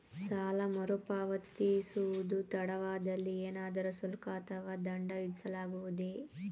ಸಾಲ ಮರುಪಾವತಿಸುವುದು ತಡವಾದಲ್ಲಿ ಏನಾದರೂ ಶುಲ್ಕ ಅಥವಾ ದಂಡ ವಿಧಿಸಲಾಗುವುದೇ?